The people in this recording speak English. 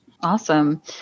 Awesome